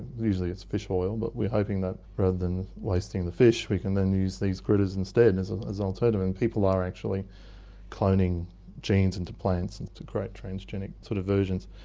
usually it's fish oil but we're hoping that rather than wasting the fish we can then use these critters instead as and an alternative, and people are actually cloning genes into plants to create transgenic sort of versions.